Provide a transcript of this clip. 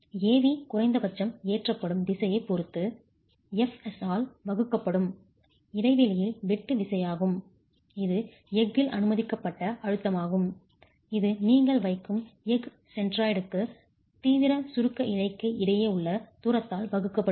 Av குறைந்தபட்சம் ஏற்றப்படும் திசையைப் பொறுத்து fs ஆல் வகுக்கப்படும் இடைவெளியில் வெட்டு விசையாகும் இது எஃகில் அனுமதிக்கப்பட்ட அழுத்தமாகும் இது நீங்கள் வைக்கும் எஃகு சென்ட்ராய்டுக்கு தீவிர சுருக்க இழைக்கு இடையே உள்ள தூரத்தால் வகுக்கப்படுகிறது